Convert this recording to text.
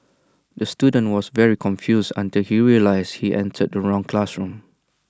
the student was very confused until he realised he entered the wrong classroom